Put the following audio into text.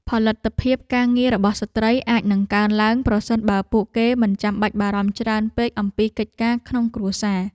ផលិតភាពការងាររបស់ស្ត្រីអាចនឹងកើនឡើងប្រសិនបើពួកគេមិនចាំបាច់បារម្ភច្រើនពេកអំពីកិច្ចការក្នុងគ្រួសារ។